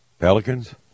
Pelicans